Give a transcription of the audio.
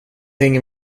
hänger